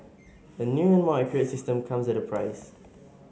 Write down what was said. a new and more accurate system comes at a price